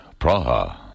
Praha